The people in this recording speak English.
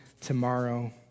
tomorrow